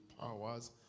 powers